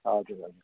हजुर हजुर